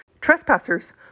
Trespassers